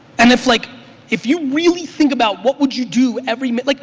and if like if you really think about what would you do every minute, like